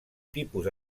tipus